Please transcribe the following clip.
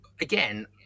again